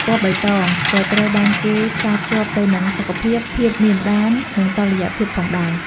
ពណ៌បៃតងក៏ត្រូវបានគេផ្សារភ្ជាប់ទៅនឹងសុខភាព ភាពមានបាន និងតុល្យភាពផងដែរ។